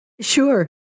Sure